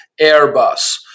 Airbus